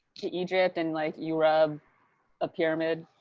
to egypt, and like, you rub a pyramid?